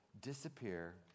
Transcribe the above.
disappear